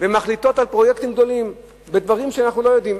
ומחליטות על פרויקטים גדולים בדברים שאנחנו לא יודעים,